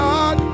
God